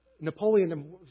napoleon